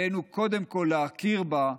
עלינו קודם כול להכיר בה,